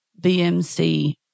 BMC